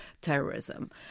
terrorism